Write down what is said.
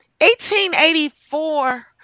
1884